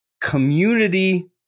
community